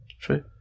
True